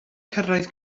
gyrraedd